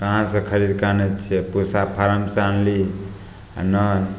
कहाँसँ खरिदकऽ आनै छिए पूसा फार्मसँ आनली आओर नहि